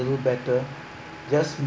little better just